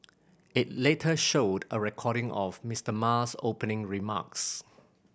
it later showed a recording of Mister Ma's opening remarks